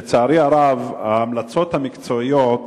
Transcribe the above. לצערי הרב, ההמלצות המקצועיות